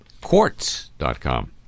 Quartz.com